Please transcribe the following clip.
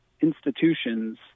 institutions